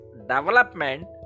development